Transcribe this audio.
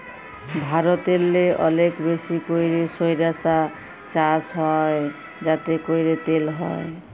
ভারতেল্লে অলেক বেশি ক্যইরে সইরসা চাষ হ্যয় যাতে ক্যইরে তেল হ্যয়